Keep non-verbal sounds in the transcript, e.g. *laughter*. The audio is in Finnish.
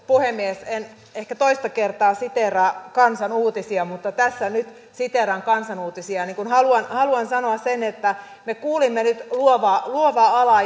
puhemies en ehkä toista kertaa siteeraa kansan uutisia mutta tässä nyt siteeraan kansan uutisia haluan haluan sanoa sen että me kuulimme nyt luovaa alaa *unintelligible*